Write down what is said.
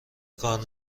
کار